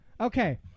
Okay